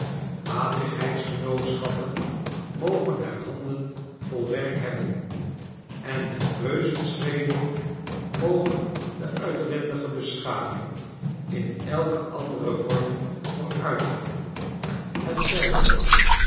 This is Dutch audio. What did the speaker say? matigheidsgenootschappen mogen er handen vol werk hebben en met reuzenschreden moge de uitwendige beschaving in elken anderen vorm vooruitgaan het zij zoo